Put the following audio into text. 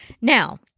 Now